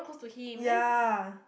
ya